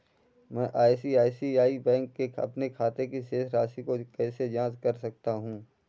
मैं ICICI bank के अपने खाते की शेष राशि की जाँच कैसे कर सकता हूँ?